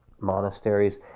monasteries